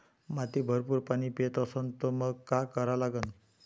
माती भरपूर पाणी पेत असन तर मंग काय करा लागन?